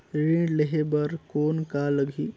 ऋण लेहे बर कौन का लगही?